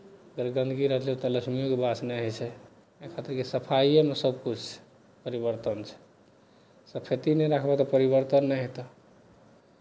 गन्दगी रहतै तऽ लक्ष्मीओके वास नहि होइ छै एहि खातिर सफाइएमे सभकिछु छै परिवर्तन छै सफैती नहि रखबह तऽ परिवर्तन नहि हेतह